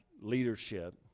leadership